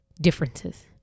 differences